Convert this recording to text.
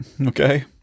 okay